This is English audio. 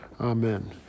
Amen